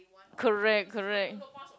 correct correct